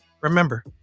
Remember